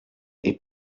est